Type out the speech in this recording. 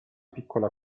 piccola